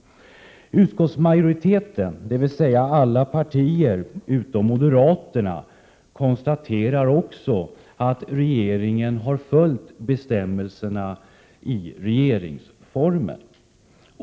Utskottsmajoriteten, dvs. alla partier utom moderaterna, konstaterar också att regeringen har följt bestämmelserna i regeringsformen.